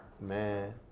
man